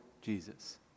Jesus